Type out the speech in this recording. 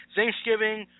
Thanksgiving